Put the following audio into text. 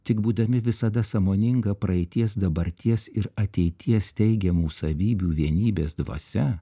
tik būdami visada sąmoninga praeities dabarties ir ateities teigiamų savybių vienybės dvasia